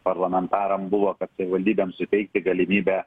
parlamentaram buvo kad savivaldybėm suteikti galimybę